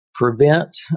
prevent